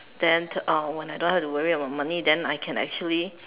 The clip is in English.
then uh when I don't have to worry about money then I can actually